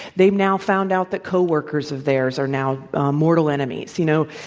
they've now found out that coworkers of theirs are now mortal enemies, you know,